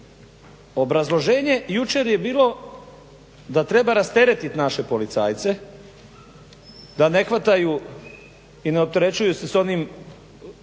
Obrazloženje jučer je bilo da treba rasteretit naše policajce da ne hvataju i ne opterećuju se s onim,